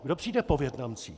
Kdo přijde po Vietnamcích?